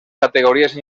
categories